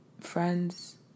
friends